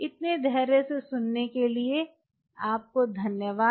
इतने धैर्य से सुनने के लिए आपको धन्यवाद